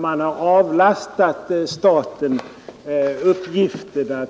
Men då avlastades ju staten uppgiften